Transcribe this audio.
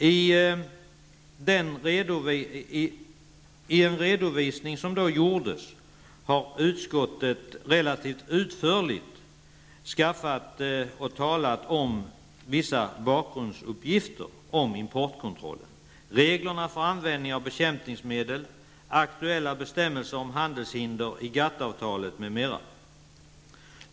I sin motivering redovisade utskottet relativt utförligt vissa bakgrundsuppgifter om importkontrollen, reglerna för användning av bekämpningsmedel, aktuella bestämmelser om handelshinder i GATT-avtalet m.m.